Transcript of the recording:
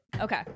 Okay